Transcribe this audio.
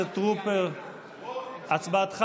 טרופר, הצבעת נגד.